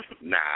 Nah